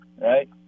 right